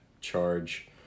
charge